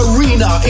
Arena